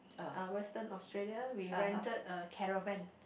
uh western Australia we rented a caravan